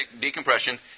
decompression